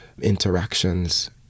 interactions